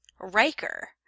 Riker